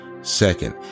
Second